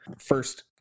First